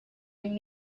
and